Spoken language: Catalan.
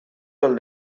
del